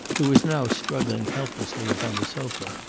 who was now struggling helplessly upon the sofa.